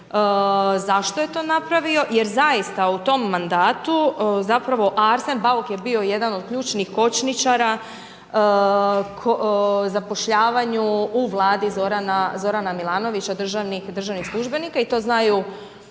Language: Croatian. zašto je to napravio, jer zaista u tom mandatu, zapravo Arsen Bauk je bio jedan od ključnih kočničara zapošljavanju u vladi Zorana Milanovića državnih službenika i to znaju